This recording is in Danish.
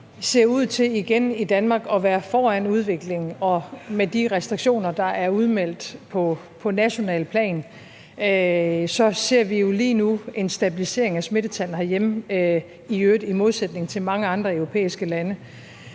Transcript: ser ud til at være foran udviklingen med de restriktioner, der er udmeldt på nationalt plan, så ser vi jo lige nu en stabilisering af smittetallene herhjemme, i øvrigt i modsætning til mange andre europæiske lande.